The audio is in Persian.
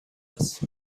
است